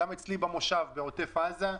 גם אצלי במושב בעוטף עזה,